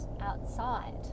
outside